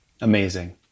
Amazing